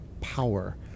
power